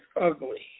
ugly